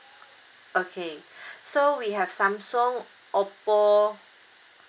okay so we have Samsung Oppo